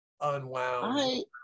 unwound